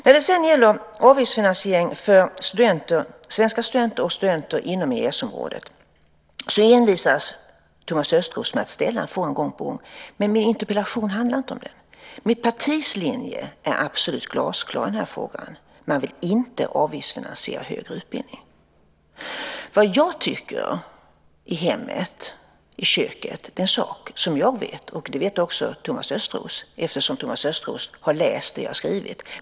När det sedan gäller avgiftsfinansiering för svenska studenter och för studenter inom EES-området envisas Thomas Östros med sin fråga gång på gång. Men min interpellation handlar inte om den. Mitt partis linje är absolut glasklar i den här frågan: Man vill inte avgiftsfinansiera högre utbildning. Vad jag tycker i hemmet, i köket, är en sak som jag vet, och det vet också Thomas Östros eftersom Thomas Östros har läst vad jag skrivit.